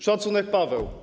Szacunek, Paweł.